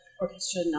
Orchestra